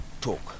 talk